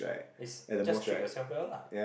it's just treat yourself well lah